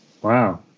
Wow